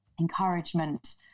encouragement